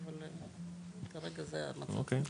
אוקי,